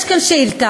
יש כאן שאילתה,